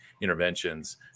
interventions